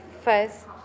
first